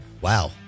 Wow